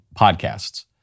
podcasts